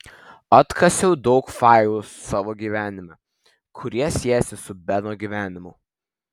atkasiau daug failų savo gyvenime kurie siejasi su beno gyvenimu